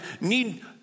need